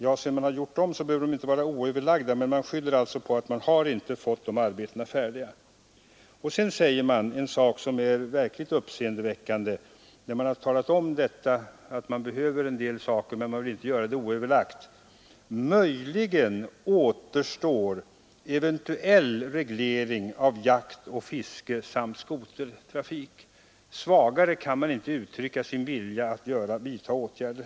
Sedan man slutfört dem, behöver restriktionerna inte vara oöverlagda, men man skyller alltså på att inventeringsarbetena inte är färdiga. Sedan länsstyrelsen talat om att man behöver göra en del saker men inte vill göra dem oöverlagt anför länsstyrelsen något som är verkligen uppseendeväckande: ”Vad som möjligen återstår beträffande skyddsfrågorna är en eventuell reglering av jakt och fiske samt skotertrafik.” Svagare kan man inte uttrycka sin vilja att vidta åtgärder.